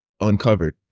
uncovered